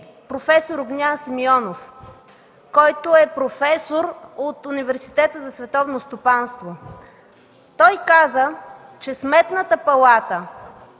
проф. Огнян Симеонов, който е професор от Университета за световно стопанство. Той каза, че Сметната палата